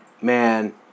Man